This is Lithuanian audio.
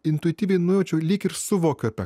intuityviai nujaučiau lyg ir suvokiu apie